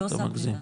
אתה מגזים.